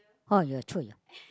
!aiya! !choy! ah